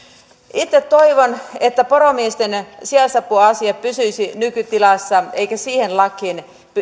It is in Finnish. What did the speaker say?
itse toivon että poromiesten sijaisapuasia pysyisi nykytilassa eikä siihen lakiin